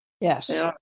Yes